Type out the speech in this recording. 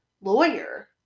lawyer